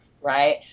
Right